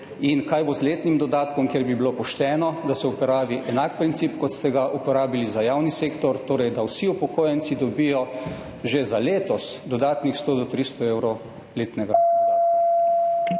in kaj bo z letnim dodatkom? Pošteno bi bilo, da se uporabi enak princip, kot ste ga uporabili za javni sektor, da torej vsi upokojenci dobijo že za letos dodatnih 100 do 300 evrov letnega dodatka.